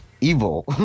evil